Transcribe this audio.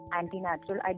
anti-natural